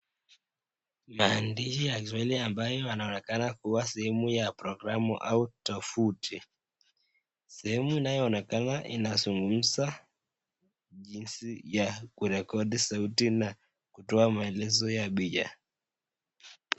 Maandishi ya kiswahili ambayo yanaonekana kuwa sehemu ya programu au tovuti. Sehemu inayoonekana inazungumza jinsi ya kurekodi sauti, na kutoa maelezo ya picha.